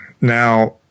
now